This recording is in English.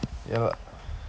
ya